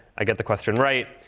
i get the question right.